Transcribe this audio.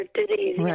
disease